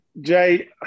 Jay